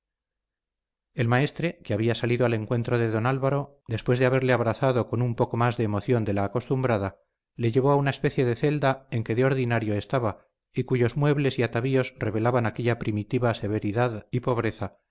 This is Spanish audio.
el maestre que había salido al encuentro de don álvaro después de haberle abrazado con un poco más de emoción de la acostumbrada le llevó a una especie de celda en que de ordinario estaba y cuyos muebles y atavíos revelaban aquella primitiva severidad y pobreza